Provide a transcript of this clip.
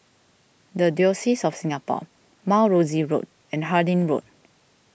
the Diocese of Singapore Mount Rosie Road and Harding Road